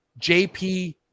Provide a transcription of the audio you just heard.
jp